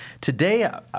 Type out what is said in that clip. Today